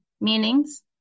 meanings